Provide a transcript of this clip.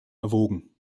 erwogen